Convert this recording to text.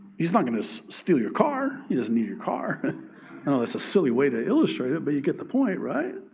he's not going to steal your car. he doesn't need your car. i know that's a silly way to illustrate it. but you get the point, right?